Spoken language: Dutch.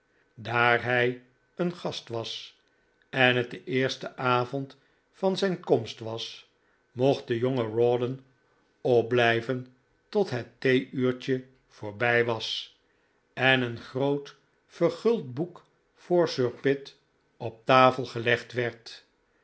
daar hij een gast was en het de eerste avond van zijn komst was mocht de jonge rawdon opblijven tot het theeuurtje voorbij was en een groot verguld boek voor sir pitt op tafel gelegd werd